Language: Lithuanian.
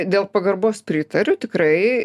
dėl pagarbos pritariu tikrai